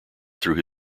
through